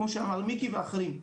כמו שאמר מיקי ואחרים.